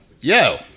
Yo